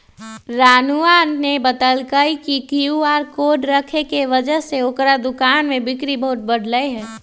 रानूआ ने बतल कई कि क्यू आर कोड रखे के वजह से ओकरा दुकान में बिक्री बहुत बढ़ लय है